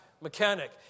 mechanic